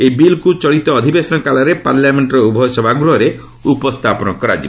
ଏହି ବିଲ୍କୁ ଚଳିତ ଅଧିବେଶନ କାଳରେ ପାର୍ଲାମେଣ୍ଟର ଉଭୟ ସଭାଗୃହରେ ଉପସ୍ଥାପନ କରାଯିବ